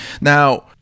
Now